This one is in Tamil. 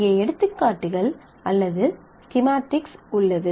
இங்கே எடுத்துக்காட்டுகள் அல்லது ஸ்கீமாடிக்ஸ் உள்ளது